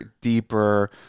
deeper